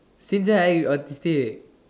since when I autistic